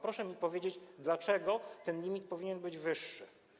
Proszę mi powiedzieć, dlaczego ten limit powinien być wyższy.